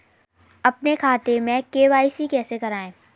अपने खाते में के.वाई.सी कैसे कराएँ?